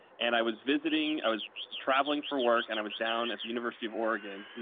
and i was visiting i was traveling for work and i was down at the university of oregon,